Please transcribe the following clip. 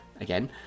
again